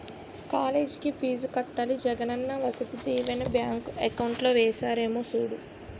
కాలేజికి ఫీజు కట్టాలి Jagananna Vasathi Deevena bank account లో ఏసారేమో సూడు